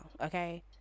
okay